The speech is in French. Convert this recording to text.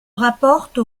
rapporte